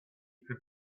could